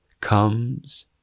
Comes